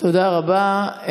תודה רבה.